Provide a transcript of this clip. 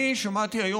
אני שמעתי היום,